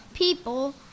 people